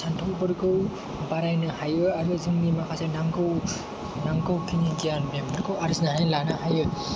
सानथौफोरखौ बारायनो हायो आरो जोंनि माखासे नांगौखिनि गियान बेफोरखौ आरजिनानै लानो हायो